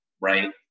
right